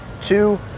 Two